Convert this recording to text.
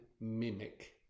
mimic